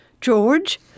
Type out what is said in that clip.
George